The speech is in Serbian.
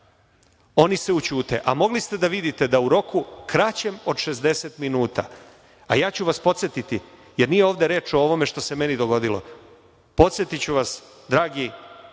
oni se ućute, a mogli ste da vidite da u roku kraćem od 60 minuta, ja ću vas podsetiti, je nije ovde reč o ovome što se meni dogodilo. Podsetiću vas dragi